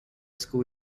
school